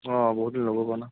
অঁ বহুত দিন ল'গো পোৱা নাই